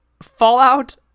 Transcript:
fallout